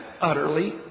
utterly